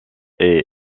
est